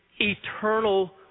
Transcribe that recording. eternal